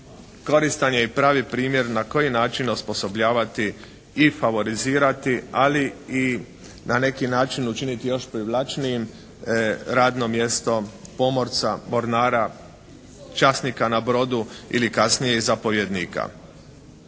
koristan je i pravi primjer na koji način osposobljavati i favorizirati ali i na neki način učiniti još privlačnijim radno mjesto pomorca, mornara, časnika na brodu ili kasnije zapovjednika.